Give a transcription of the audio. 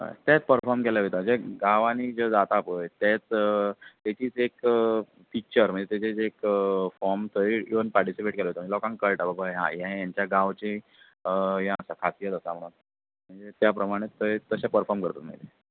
तेत परफॉर्म केलें वयता जें गांवांनी जें जाता पय तेच तेचीत एक पिक्च्चर म्हटल्यार तेचेत एक फॉर्म थंय योवन पार्टिसिपेट केल्लें वता लोकांक कळटा बाबा हें हेंच्या गांवचें ह्यें आसा खासियत आसा म्हणून मागीर त्या प्रमाणे थंय तशें परफॉर्म करता मागीर